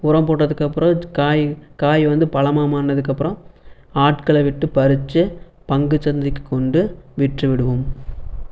உரம் போட்டதுக்கப்புறம் காய் காய் வந்து பழமா மாறுனதுக்கப்புறம் ஆட்களை விட்டு பறிச்சு பங்குச் சந்தைக்கு கொண்டு விற்று விடுவோம்